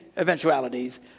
eventualities